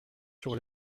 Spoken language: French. sur